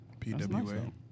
PWA